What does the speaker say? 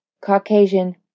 Caucasian